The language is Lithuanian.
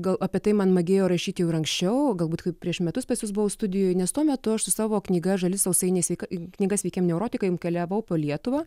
gal apie tai man magėjo rašyti ir anksčiau galbūt kaip prieš metus pas jus buvau studijoj nes tuo metu aš su savo knyga žali sausainiai sveika knyga sveikiem neurotikai nukeliavau po lietuvą